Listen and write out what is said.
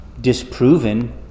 disproven